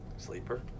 Sleeper